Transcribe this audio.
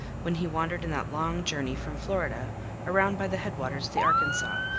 when he wandered in that long journey from florida around by the headwaters of the arkansas,